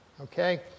Okay